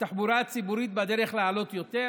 התחבורה הציבורית בדרך לעלות יותר,